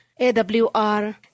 AWR